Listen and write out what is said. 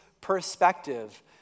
perspective